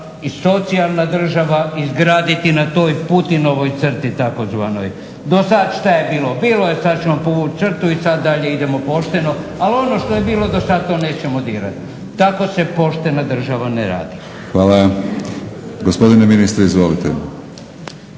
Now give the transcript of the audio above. i socijalna država izgraditi na toj Putinovoj crti tzv. Do sada šta je bilo? Bilo je sada ću vam povući crtu i sada dalje idemo pošteno, ali ono što je bilo do sada to nećemo dirati. Tako se poštena država ne radi. **Batinić, Milorad